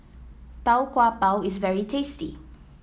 Tau Kwa Pau is very tasty